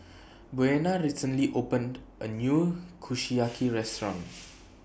Buena recently opened A New Kushiyaki Restaurant